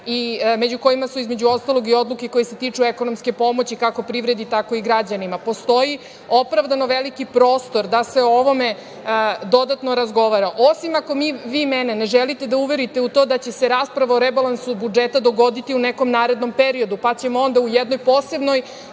među kojima su između ostalog i odluke koje se tiču ekonomske pomoći, kako privredi, tako i građanima. Postoji opravdano veliki prostor da se o ovome dodatno razgovara. Osim ako vi mene ne želite da uverite u to da će se rasprava o rebalansu budžeta dogoditi u nekom narednom periodu, pa ćemo onda na jednoj posebnoj